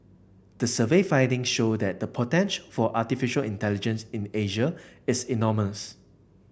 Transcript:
the survey findings show that the potential for artificial intelligence in Asia is enormous